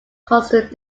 constant